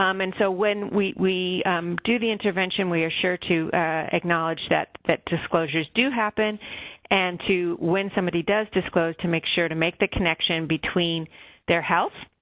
um and so, when we we do the intervention, we are sure to acknowledge that that disclosures do happen and to when somebody does disclose, to make sure to make the connection between their health.